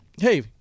hey